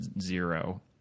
zero